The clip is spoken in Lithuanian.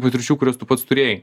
patirčių kurias tu pats turėjai